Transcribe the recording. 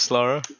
Laura